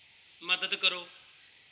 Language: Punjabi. ਮਦਦ ਕਰੋ